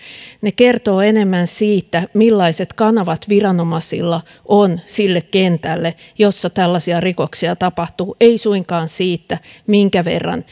kertoo enemmän siitä millaiset kanavat viranomaisilla on sille kentälle missä tällaisia rikoksia tapahtuu ei suinkaan siitä minkä verran